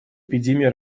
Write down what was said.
эпидемии